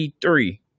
three